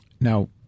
now